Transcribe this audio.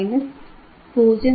minus 0